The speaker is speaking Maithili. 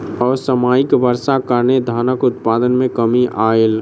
असामयिक वर्षाक कारणें धानक उत्पादन मे कमी आयल